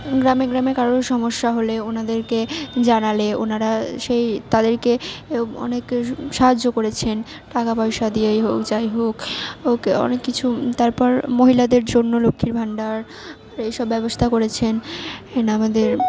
গ্রামে গ্রামে কারোর সমস্যা হলে ওনাদেরকে জানালে ওনারা সেই তাদেরকে অনেক সাহায্য করেছেন টাকা পয়সা দিয়েই হোক যাই হোক ওকে অনেক কিছু তারপর মহিলাদের জন্য লক্ষ্মীর ভাণ্ডার এই সব ব্যবস্থা করেছেন এন আমাদের